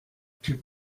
typ